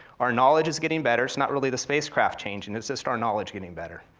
our knowledge is getting better, it's not really the spacecraft changing, it's just our knowledge getting better.